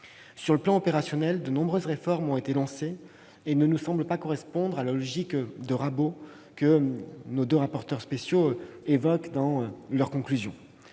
Sur le plan opérationnel, de nombreuses réformes ont été lancées. Elles ne nous semblent pas répondre à la logique du rabot que deux de vos rapports spéciaux évoquent dans leurs conclusions.